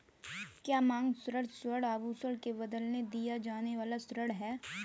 क्या मांग ऋण स्वर्ण आभूषण के बदले दिया जाने वाला ऋण है?